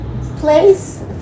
place